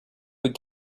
were